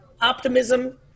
Optimism